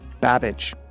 Babbage